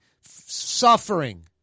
suffering